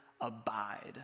abide